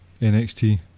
NXT